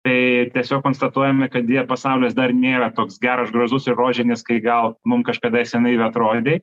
tai tiesiog konstatuojame kad deja pasaulis dar nėra toks geras gražus ir rožinis kai gal mum kažkada senai ir atrodė